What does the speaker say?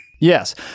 Yes